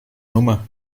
nummer